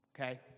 Okay